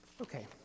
Okay